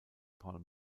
paul